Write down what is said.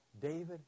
David